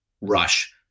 rush